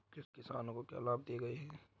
किसानों को क्या लाभ दिए गए हैं?